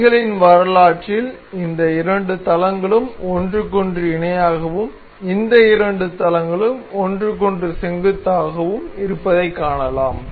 இணைகளின் வரலாற்றில் இந்த இரண்டு தளங்களும் ஒன்றுக்கொன்று இணையாகவும் இந்த இரண்டு தளங்களும் ஒன்றுக்கொன்று செங்குத்தாகவும் இருப்பதைக் காணலாம்